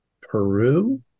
Peru